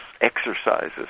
exercises